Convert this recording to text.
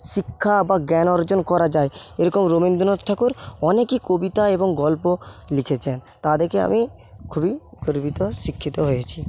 শিক্ষা বা জ্ঞান অর্জন করা যায় এইরকম রবিন্দ্রনাথ ঠাকুর অনেকই কবিতা এবং গল্প লিখেছেন তা দেখে আমি খুবই গর্বিত শিক্ষিত হয়েছি